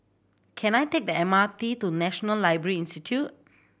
can I take the M R T to National Library Institute